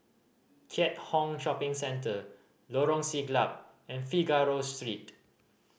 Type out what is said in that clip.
Keat Hong Shopping Centre Lorong Siglap and Figaro Street